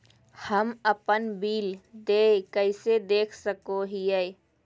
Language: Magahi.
हम अपन बिल देय कैसे देख सको हियै?